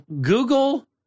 Google